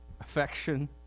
affection